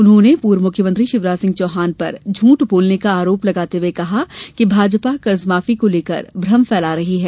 उन्होंने पूर्व मुख्यमंत्री शिवराजसिंह चौहान पर झूठ बोलने का आरोप लगाते हुए कहा कि भाजपा कर्जमाफी को लेकर भ्रम फैला रही है